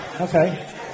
Okay